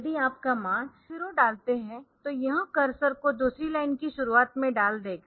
यदि आप command C0 डालते है तो यह कर्सर को दूसरी लाइन की शुरुआत में डाल देगा